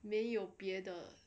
没有别的